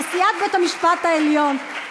נשיאת בית-המשפט העליון,